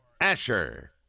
Asher